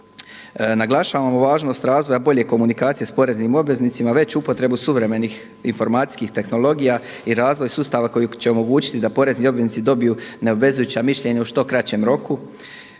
Naglašavamo važnost razvoja bolje komunikacije s poreznim obveznicima veću upotrebu suvremenih informacijskih tehnologija i razvoj sustava koji će omogućiti da porezni obveznici dobiju neobvezujuća mišljenja u što kraćem roku